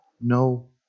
no